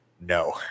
no